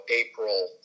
April